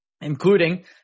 including